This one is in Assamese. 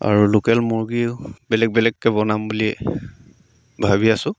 আৰু লোকেল মুৰ্গীও বেলেগ বেলেগকৈ বনাম বুলি ভাবি আছোঁ